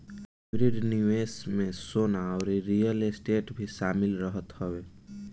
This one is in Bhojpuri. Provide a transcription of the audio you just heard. हाइब्रिड निवेश में सोना अउरी रियल स्टेट भी शामिल रहत हवे